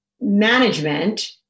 management